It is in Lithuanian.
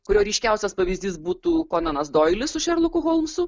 kurio ryškiausias pavyzdys būtų konanas doilis su šerloku holmsu